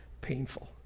painful